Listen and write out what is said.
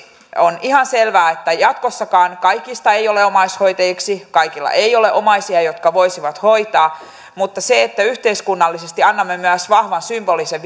on ihan selvää että jatkossakaan kaikista ei ole omaishoitajiksi kaikilla ei ole omaisia jotka voisivat hoitaa mutta yhteiskunnallisesti annamme myös vahvan symbolisen